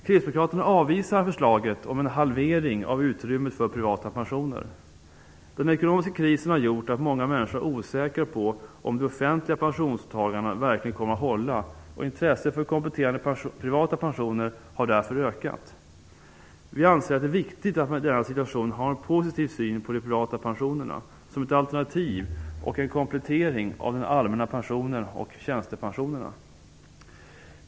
Kristdemokraterna avvisar förslaget om en halvering av utrymmet för privata pensioner. Den ekonomiska krisen har gjort att många människor är osäkra på om de offentliga pensionsåtagandena verkligen kommer att hålla. Intresset för kompletterande privata pensioner har därför ökat. Vi anser att det är viktigt att man i denna situation har en positiv syn på de privata pensionerna som ett alternativ och en komplettering av den allmänna pensionen och tjänstepensionerna.